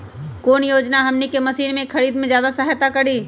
कौन योजना हमनी के मशीन के खरीद में ज्यादा सहायता करी?